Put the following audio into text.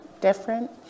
different